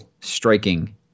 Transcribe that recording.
striking